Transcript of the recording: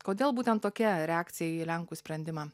kodėl būtent tokia reakcija į lenkų sprendimą